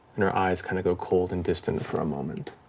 and her eyes kind of go cold and distant for a moment.